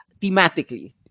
thematically